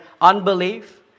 unbelief